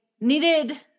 needed